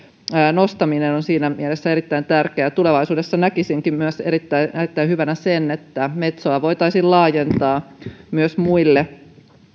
nostaminen on siinä mielessä erittäin tärkeää tulevaisuudessa näkisinkin myös erittäin hyvänä sen että metsoa voitaisiin laajentaa myös muille